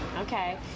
Okay